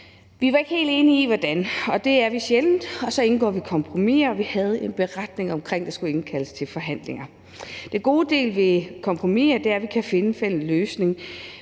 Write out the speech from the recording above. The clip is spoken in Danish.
Vi var ikke helt enige om hvordan, og det er vi sjældent, og så indgår vi kompromiser, og vi havde en beretning om, at der skulle indkaldes til forhandlinger. Det gode ved kompromiser er, at vi kan finde en fælles løsning,